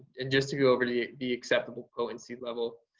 and just to go over the the acceptable potency level,